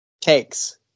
takes